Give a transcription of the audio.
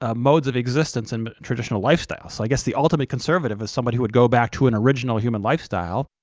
ah modes of existence and traditional lifestyles, so i guess the ultimate conservative is somebody who would go back to an original human lifestyle,